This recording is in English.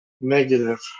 Negative